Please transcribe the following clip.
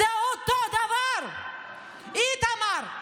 זה אותו דבר, איתמר.